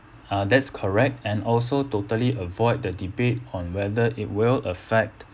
uh that's correct and also totally avoid the debate on whether it will affect